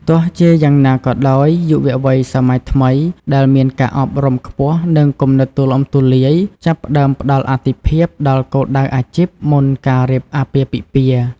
ទោះជាយ៉ាងណាក៏ដោយ យុវវ័យសម័យថ្មី ដែលមានការអប់រំខ្ពស់ និងគំនិតទូលំទូលាយ ចាប់ផ្ដើមផ្ដល់អាទិភាពដល់គោលដៅអាជីពមុនការរៀបអាពាហ៍ពិពាហ៍។